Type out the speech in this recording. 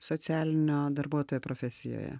socialinio darbuotojo profesijoje